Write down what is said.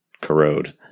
corrode